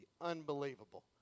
Unbelievable